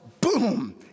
boom